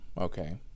okay